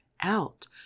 out